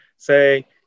Say